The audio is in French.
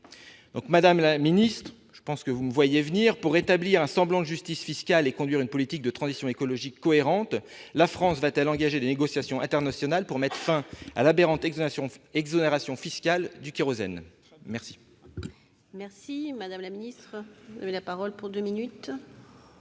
Madame la secrétaire d'État, je pense que vous me voyez venir : pour rétablir un semblant de justice fiscale et conduire une politique de transition écologique cohérente, la France va-t-elle engager des négociations internationales pour mettre fin à l'aberrante exonération fiscale du kérosène ? Bonne question ! La parole est à Mme